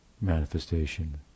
manifestation